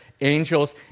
angels